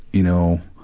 you know,